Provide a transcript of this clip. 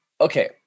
Okay